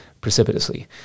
precipitously